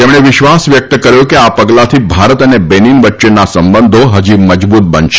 તેમણે વિશ્વાસ વ્યક્ત કર્યો હતો કે આ પગલાંથી ભારત અને બેનીન વચ્ચેના સંબંધો હજી મજબૂત બનશે